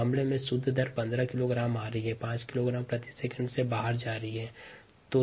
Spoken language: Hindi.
वर्तमान स्थिति में input rate 20 kilogram per second और 5 kilogram per second output rate या निर्गम की दर है